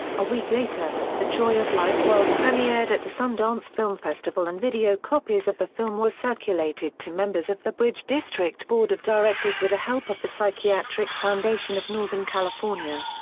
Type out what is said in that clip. a week later, the joy of life world-premiered at the sundance film festival and video copies of the film were circulated to members of the bridge district board of directors with the help of the psychiatric foundation of northern california.